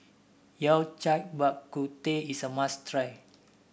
Yao Cai Bak Kut Teh is a must try